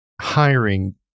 hiring